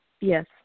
Yes